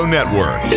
Network